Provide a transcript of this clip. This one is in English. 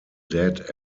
dead